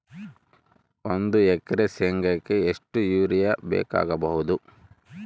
ಒಂದು ಎಕರೆ ಶೆಂಗಕ್ಕೆ ಎಷ್ಟು ಯೂರಿಯಾ ಬೇಕಾಗಬಹುದು?